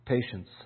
Patience